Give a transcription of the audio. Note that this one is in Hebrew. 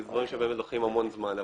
כי אלה דברים שבאמת לוקחים המון זמן.